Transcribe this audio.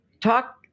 talk